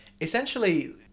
essentially